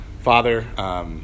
Father